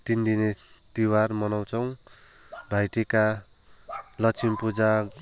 तिनदिने तिहार मनाउछौँ भाइ टिका लक्ष्मी पुजा